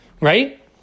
right